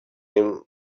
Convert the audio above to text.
him